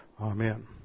Amen